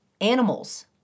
animals